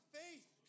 faith